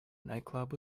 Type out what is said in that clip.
nightclub